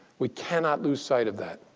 we cannot lose sight of that.